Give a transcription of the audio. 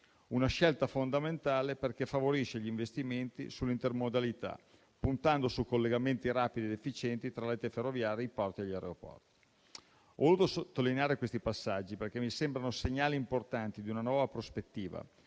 Una scelta fondamentale perché favorisce gli investimenti sull'intermodalità, puntando su collegamenti rapidi ed efficienti tra rete ferroviaria, porti e aeroporti. Ho voluto sottolineare questi passaggi perché mi sembrano segnali importanti di una nuova prospettiva,